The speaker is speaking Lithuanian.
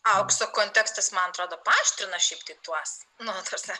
aukso kontekstas man atrodo paaštrina šiaip tai tuos nu ta prasme